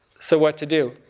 so what to do?